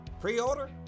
Pre-order